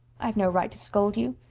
i've no right to scold you.